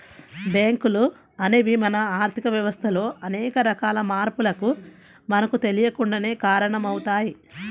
బ్యేంకులు అనేవి మన ఆర్ధిక వ్యవస్థలో అనేక రకాల మార్పులకు మనకు తెలియకుండానే కారణమవుతయ్